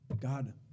God